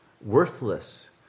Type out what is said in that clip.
worthless